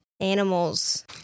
animals